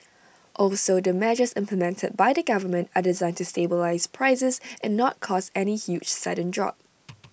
also the measures implemented by the government are designed to stabilise prices and not cause any huge sudden drop